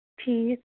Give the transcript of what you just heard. ٹھیٖک